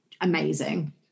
amazing